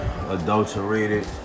adulterated